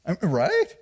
right